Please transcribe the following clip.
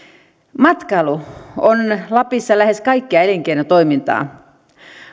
matkailu on lapissa lähes kaikkea elinkeinotoimintaa